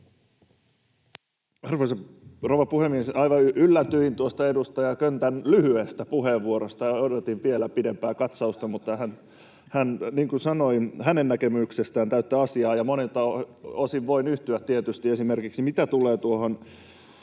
Arvoisa rouva puhemies! Aivan yllätyin tuosta edustaja Köntän lyhyestä puheenvuorosta. Odotin vielä pidempää katsausta, mutta niin kuin sanoin hänen näkemyksestään: täyttä asiaa, ja monelta osin voin siihen yhtyä tietysti, esimerkiksi mitä tulee tuohon